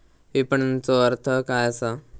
विपणनचो अर्थ काय असा?